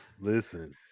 listen